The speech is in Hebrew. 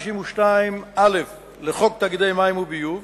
152א לחוק תאגידי מים וביוב,